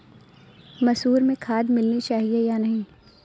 मसूर में खाद मिलनी चाहिए या नहीं?